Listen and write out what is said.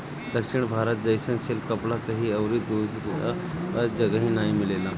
दक्षिण भारत जइसन सिल्क कपड़ा कहीं अउरी दूसरा जगही नाइ मिलेला